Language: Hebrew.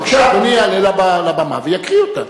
בבקשה, אדוני יעלה לבמה ויקריא אותה.